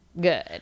good